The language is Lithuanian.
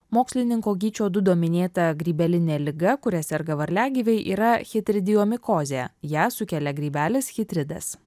mokslininko gyčio dudo minėta grybelinė liga kuria serga varliagyviai yra chitridiomikozė ją sukelia grybelis chitridas